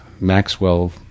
Maxwell